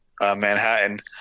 Manhattan